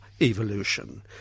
evolution